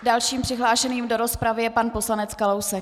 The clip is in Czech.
Dalším přihlášeným do rozpravy je pan poslanec Kalousek.